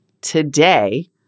today